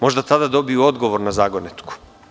Možda tada dobiju odgovor na zagonetku.